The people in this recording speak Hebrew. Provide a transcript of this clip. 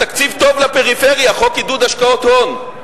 התקציב טוב לפריפריה, חוק עידוד השקעות הון,